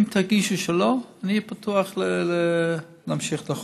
אם תרגישו שלא, אני פתוח להמשיך עם החוק.